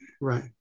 right